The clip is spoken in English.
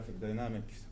dynamics